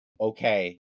okay